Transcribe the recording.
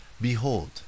Behold